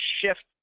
shift